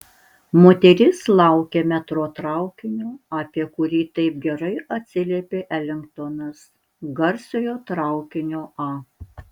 moteris laukė metro traukinio apie kurį taip gerai atsiliepė elingtonas garsiojo traukinio a